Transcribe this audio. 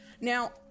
now